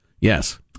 Yes